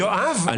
יואב,